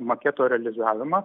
maketo realizavimą